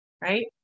right